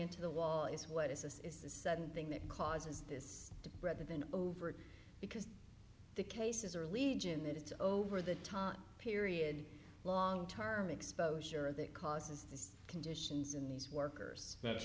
into the wall is what is this is this sudden thing that causes this rather than over it because the cases are legion that it's over the time period long term exposure that causes these conditions in these workers that's